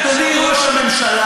אדוני היושב-ראש,